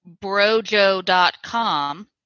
Brojo.com